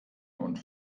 und